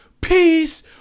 Peace